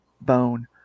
bone